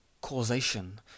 causation